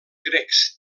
grecs